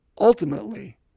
ultimately